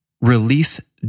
release